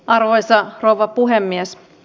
arvoisa rouva puhemies